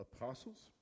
apostles